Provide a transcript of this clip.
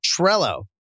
Trello